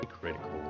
Critical